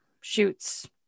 shoots